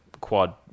quad